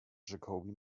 jacobi